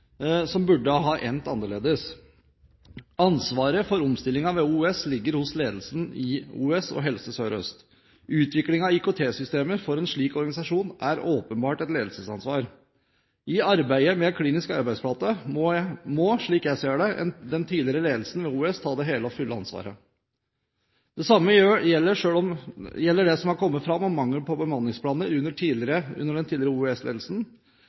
som burde ha endt annerledes. Ansvaret for omstillingen ved OUS ligger hos ledelsen i OUS og Helse Sør-Øst. Utviklingen av IKT-systemer for en slik organisasjon er åpenbart et ledelsesansvar. I arbeidet med Klinisk arbeidsflate må – slik jeg ser det – den tidligere ledelsen ved OUS ta det hele og fulle ansvaret. Det samme gjelder det som har kommet fram om mangel på bemanningsplaner under den tidligere